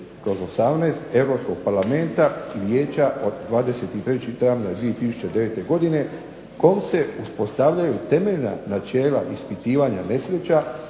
2009/18 Europskog parlamenta i Vijeća od 23. travnja 2009. godine kojom se uspostavljaju temeljna načela ispitivanja nesreća